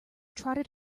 trotted